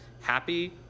happy